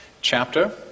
chapter